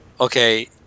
Okay